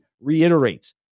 reiterates